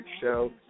show